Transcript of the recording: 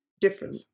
different